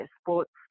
sports